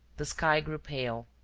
the sky grew pale.